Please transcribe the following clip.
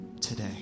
today